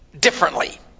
differently